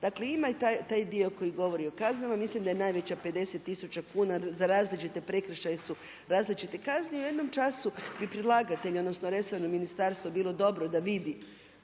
Dakle ima i taj dio koji govori o kaznenom, mislim da je najveća 50000 kuna za različite prekršaje su različite kazne. I u jednom času bi predlagatelje, odnosno resorno ministarstvo bilo dobro da vidi